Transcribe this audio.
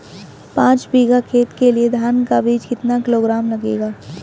पाँच बीघा खेत के लिये धान का बीज कितना किलोग्राम लगेगा?